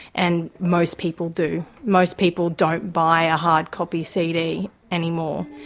and most people do. most people don't buy a hard copy cd any more.